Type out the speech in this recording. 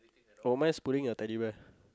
oh mine is pulling a Teddy Bear